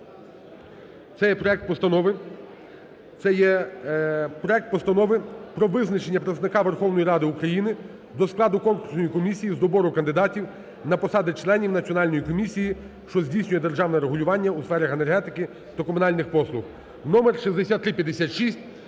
це є проект Постанови про визначення представника Верховної Ради України до складу Конкурсної комісії з добору кандидатів на посади членів Національної комісії, що здійснює державне регулювання у сферах енергетики та комунальних послуг, номер 6356.